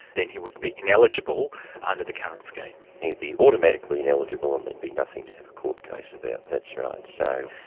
then he would be ineligible under the current scheme? he'd be automatically ineligible and there'd be nothing to have a court case about, that's right. so,